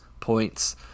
points